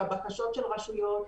בבקשות של הרשויות.